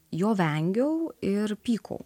jo vengiau ir pykau